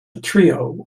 trio